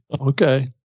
Okay